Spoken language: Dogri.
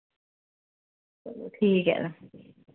ओह् ठीक ऐ तां